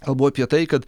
kalbu apie tai kad